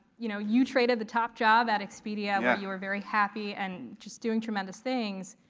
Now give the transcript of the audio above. you know you traded the top job at expedia, where you were very happy and just doing tremendous things,